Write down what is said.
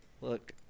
Look